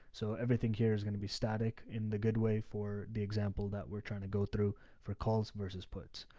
so everything here is going to be static in the good way for the example that we're trying to go through for calls versus puts.